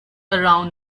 around